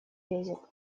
лезет